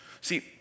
See